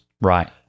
Right